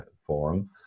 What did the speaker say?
Forum